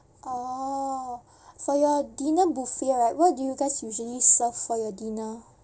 orh for your dinner buffet right what do you guys usually serve for your dinner